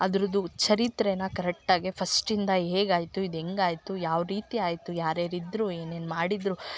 ಅದರದ್ದು ಚರಿತ್ರೆ ಕರೆಟ್ಟಾಗೆ ಫಸ್ಟಿಂದ ಹೇಗಾಯಿತು ಇದು ಹೆಂಗಾಯಿತು ಯಾವ ರೀತಿಯಾಯಿತು ಯಾರ್ಯಾರು ಇದ್ರು ಏನೇನು ಮಾಡಿದ್ರು